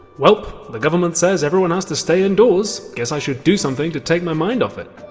welp, the government says everyone has to stay indoors, guess i should do something to take my mind off it.